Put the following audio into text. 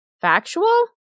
Factual